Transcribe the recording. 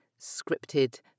scripted